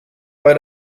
bei